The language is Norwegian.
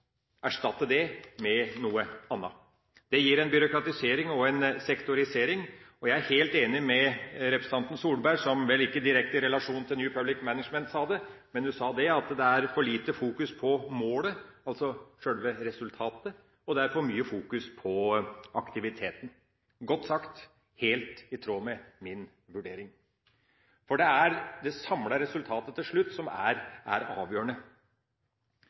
en sektorisering, og jeg er helt enig med representanten Solberg som sa – vel ikke i direkte relasjon til New Public Management – at det er for lite fokus på målet, altså sjølve resultatet, og det er for mye fokus på aktiviteten. Godt sagt – helt i tråd med min vurdering. For det er det samla resultatet til slutt som er avgjørende.